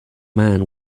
man